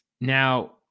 Now